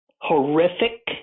horrific